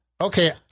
Okay